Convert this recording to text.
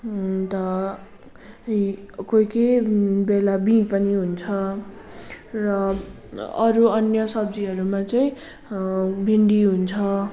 अन्त इ कोही कोही बेला बीँ पनि हुन्छ र अरू अन्य सब्जीहरूमा छै भिन्डी हुन्छ